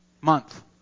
month